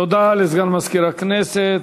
תודה לסגן מזכיר הכנסת.